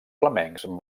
flamencs